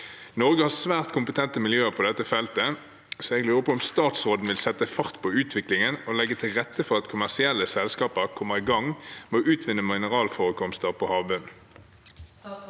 Norge har svært kompetente miljøer på dette feltet. Vil statsråden sette fart på utviklingen, og legge til rette for at kommersielle selskaper kommer i gang med å utvinne mineralforekomster på havbunnen?»